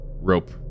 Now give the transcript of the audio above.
rope